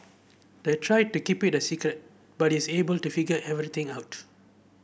they tried to keep it a secret but it's able to figure everything out